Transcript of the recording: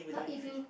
but if you